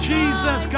Jesus